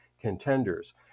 contenders